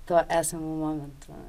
tuo esamu momentu